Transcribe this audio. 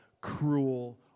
cruel